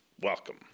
welcome